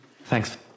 Thanks